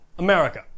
America